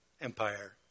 empire